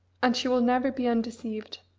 and she will never be undeceived.